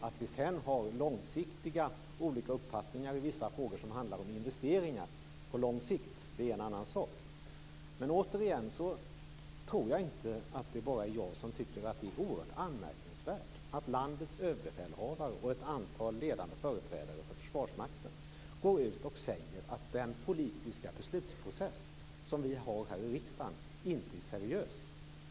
Att vi sedan har olika uppfattningar i vissa frågor som handlar om investeringar på lång sikt är en annan sak. Återigen tror jag inte att det bara är jag som tycker att det är oerhört anmärkningsvärt att landets överbefälhavare och ett antal ledande företrädare för Försvarsmakten går ut och säger att den politiska beslutsprocess som vi har här i riksdagen inte är seriös.